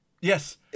Yes